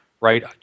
right